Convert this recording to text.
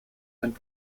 went